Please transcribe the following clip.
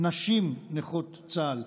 נשים נכות צה"ל,